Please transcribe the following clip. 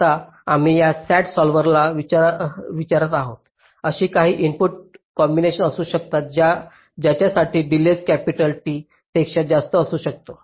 आता आम्ही या SAT सॉल्व्हरला विचारत आहोत अशी काही इनपुट कॉम्बिनेशन असू शकतात ज्यांच्यासाठी डिलेज कॅपिटल T पेक्षा जास्त असू शकतो